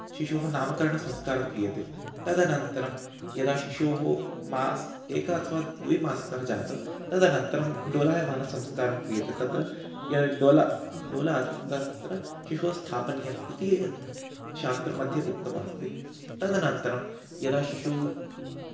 शिशोः नामकरणसंस्कारः क्रियते तदनन्तरं यदा शिशोः मासः एकः अथवा द्विमासिकः जातः तदनन्तरं डोलायमानसंस्कारः क्रियते तत्र या डोला डोला अस्ति तत्र शिशुः स्थापनीयः इति शास्त्रमध्ये उक्तमास्ति तदनन्तरं यदा शिशुः